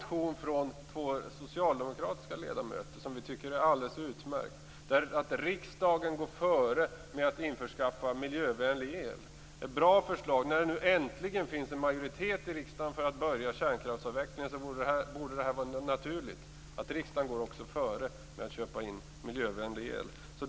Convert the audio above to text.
Två socialdemokratiska ledamöter har väckt en motion som är alldeles utmärkt. Där föreslås att riksdagen skall gå före med att införskaffa miljövänlig el. Det är ett bra förslag. När det nu äntligen finns en majoritet i riksdagen för att påbörja en kärnkraftsavveckling borde det vara naturligt att riksdagen går före med att köpa in miljövänlig el.